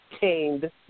tamed